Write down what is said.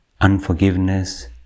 unforgiveness